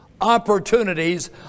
opportunities